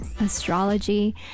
astrology